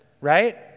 right